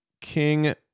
king